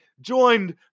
joined